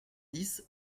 dix